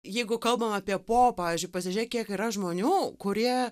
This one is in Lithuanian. jeigu kalbam apie po pavyzdžiui pasižėk kiek yra žmonių kurie